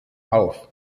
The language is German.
auf